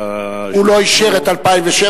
הוא לא אישר את 2007,